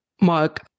Mark